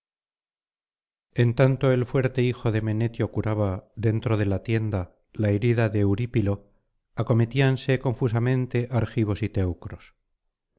en tanto el fuerte hijo de menetio curaba dentro de la tienda la herida de eurípilo acometíanse confusamente argivos y teucros